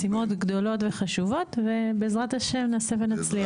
משימות גדולות וחשובות, ובעזרת השם נעשה ונצליח.